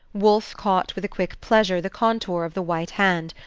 wolfe caught with a quick pleasure the contour of the white hand,